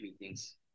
meetings